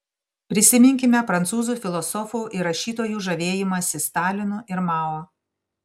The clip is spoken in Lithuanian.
prisiminkime prancūzų filosofų ir rašytojų žavėjimąsi stalinu ir mao